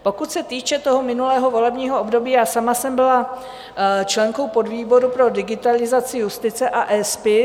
Pokud se týče minulého volebního období, já sama jsem byla členkou Podvýboru pro digitalizaci justice a eSpis.